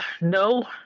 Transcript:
No